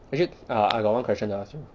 is it ah I got one question to ask you